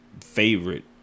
favorite